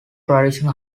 tradition